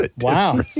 Wow